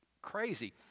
crazy